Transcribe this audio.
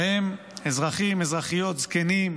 בהם אזרחים, אזרחיות, זקנים,